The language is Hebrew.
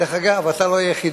דרך אגב, אתה לא היחידי.